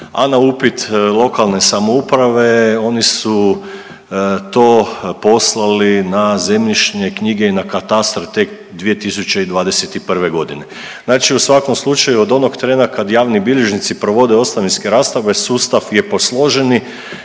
a na upit lokalne samouprave oni su to poslali na zemljišne knjige i na katastar tek 2021. godine. Znači u svakom slučaju od onog trena kad javni bilježnici provode ostavinske rasprave sustav je posložen